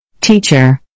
Teacher